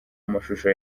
amashusho